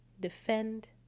defend